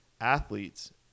athletes